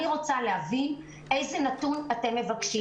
אני רוצה להבין איזה נתון אתם מבקשים.